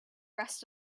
rest